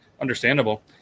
understandable